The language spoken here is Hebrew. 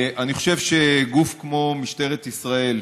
אני חושב שגוף כמו משטרת ישראל,